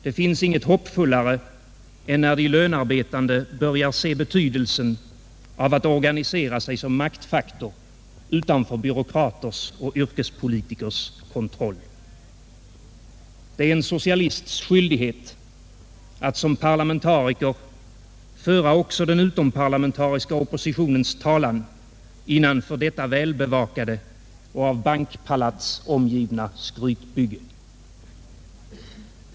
Det finns inget hoppfullare än när de lönarbetande börjar se betydelsen av att organisera sig som maktfaktor utanför byråkraters och yrkespolitikers kontroll. Det är en socialists skyldighet att som parlamentariker föra också den utomparlamentariska oppositionens talan innanför detta välbevakade och av bankpalats omgivna skrytbygge.